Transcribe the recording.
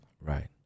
Right